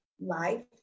life